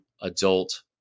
adult